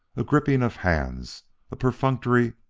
a gripping of hands a perfunctory,